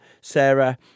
Sarah